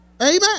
Amen